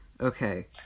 Okay